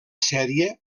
sèrie